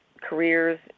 careers